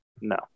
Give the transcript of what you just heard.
No